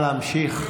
נא להמשיך.